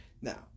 Now